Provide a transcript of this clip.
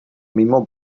mimo